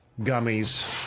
gummies